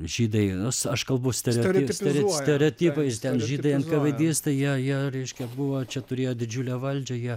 žydai nors aš kalbu stereotip ster stereotipais ten žydai enkavėdistai jie jie reiškia buvo čia turėjo didžiulę valdžią jie